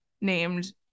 named